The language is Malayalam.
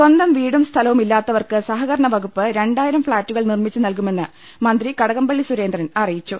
സ്വന്തം വീടും സ്ഥലവും ഇല്ലാത്തവർക്ക് സഹകരണ വകുപ്പ് രണ്ടായിരം ഫ്ളാറ്റുകൾ നിർമ്മിച്ച് നിൽകുമെന്ന് മന്ത്രി കടകം പള്ളി സുരേന്ദ്രൻ അറിയിച്ചു